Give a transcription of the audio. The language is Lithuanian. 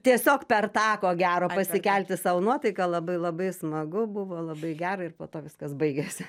tiesiog per tą ko gero pasikelti sau nuotaiką labai labai smagu buvo labai gera ir po to viskas baigėsi